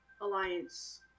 alliance